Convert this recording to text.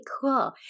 cool